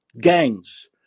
gangs